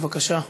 בבקשה.